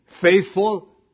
faithful